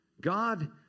God